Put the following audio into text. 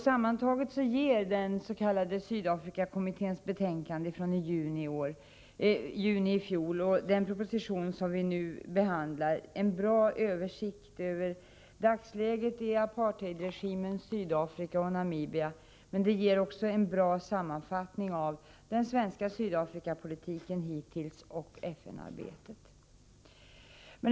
Sammantaget ger den s.k. Sydafrikakommitténs betänkande från i juni i fjol och den proposition vi nu behandlar en bra översikt över dagsläget i apartheidregimens Sydafrika och Namibia. De ger också en bra sammanfattning av den svenska Sydafrikapolitiken hittills och FN-arbetet.